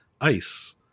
ice